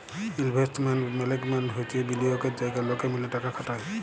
investment management হচ্যে বিলিয়গের জায়গা লকে মিলে টাকা খাটায়